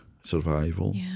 survival